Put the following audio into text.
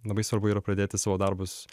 labai svarbu yra pradėti savo darbus